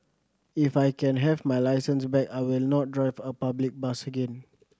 if I can have my licence back I will not drive a public bus again